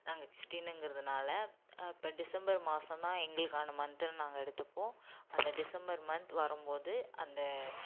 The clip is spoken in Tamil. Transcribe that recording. நாங்கள் கிறிஸ்டினுங்கறதுனால இப்போ டிசம்பர் மாதம் தான் எங்களுக்கான மந்த்துன்னு நாங்கள் எடுத்துப்போம் அந்த டிசம்பர் மந்த் வரும் போது அந்த